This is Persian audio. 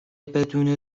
بدون